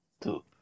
two